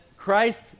christ